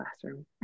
classroom